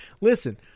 Listen